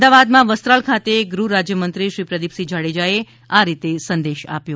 અમદાવાદમાં વસ્રા ડલ ખાતે ગૃહરાજ્યમંત્રી શ્રી પ્રદિપસિંહ જાડેજાએ આ રીતે સંદેશ આપ્યો